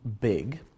big